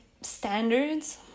standards